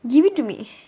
give it to me